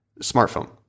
smartphone